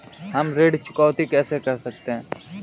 हम ऋण चुकौती कैसे कर सकते हैं?